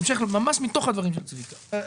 ממש בהמשך לדברים של צביקה האוזר.